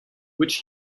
which